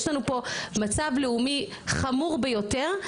יש לנו פה מצב לאומי חמור ביותר,